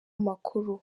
amakuru